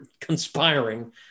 conspiring